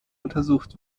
untersucht